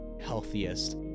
healthiest